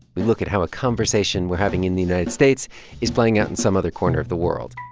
we look at how a conversation we're having in the united states is playing out in some other corner of the world.